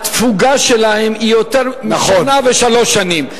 התפוגה שלהם היא יותר משנה ושלוש שנים.